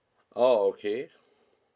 oh okay